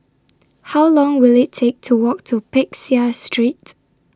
How Long Will IT Take to Walk to Peck Seah Street